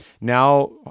Now